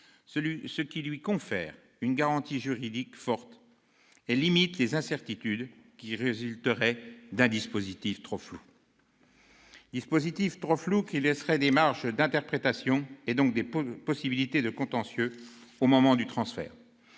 ce qui lui confère une garantie juridique forte et limite les incertitudes qui résulteraient d'un dispositif trop flou. Ce dernier laisserait des marges d'interprétation et, donc, des possibilités de contentieux au moment du transfert.